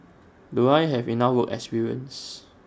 do I have enough work experience